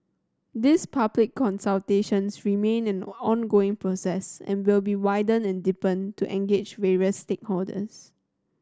these public consultations remain an ongoing process and will be widened and deepened to engage various stakeholders